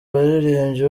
baririmbyi